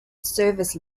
service